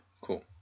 Cool